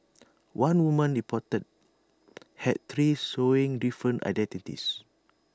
one woman reportedly had three showing different identities